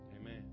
Amen